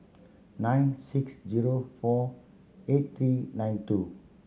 nine six zero four eight three nine two